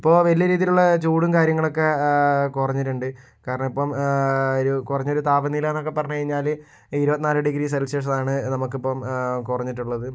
ഇപ്പോൾ വലിയ രീതിയിലുള്ള ചൂടും കാര്യങ്ങളൊക്കെ കുറഞ്ഞിട്ടിട്ടുണ്ട് കാരണം ഇപ്പം ഒരു കുറഞ്ഞൊരു താപനിലയെന്നൊക്കെ പറഞ്ഞു കഴിഞ്ഞാൽ ഇരുപത്തിനാലു ഡിഗ്രി സെൽഷ്യസ് ആണ് നമുക്കിപ്പം കുറഞ്ഞിട്ടുള്ളത്